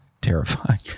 terrifying